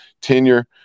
tenure